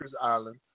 Island